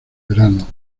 verano